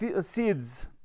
seeds